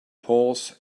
horse